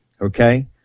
okay